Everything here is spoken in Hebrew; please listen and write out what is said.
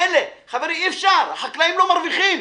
חברים, אי-אפשר, החקלאים לא מרוויחים.